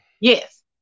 Yes